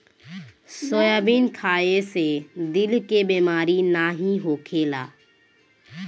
soybean खाए से दिल के बेमारी नाइ होखेला